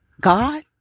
God